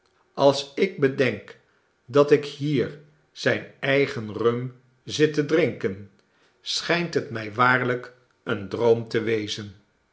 als ik bedenk dat ik hier zijn eigen rum zit te drinken schijnt het mij waarlijk een droom te wezen